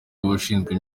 ushinzwe